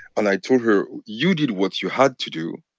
and i told her, you did what you had to do.